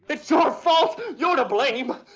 it's your fault you're to blame.